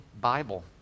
Bible